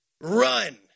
run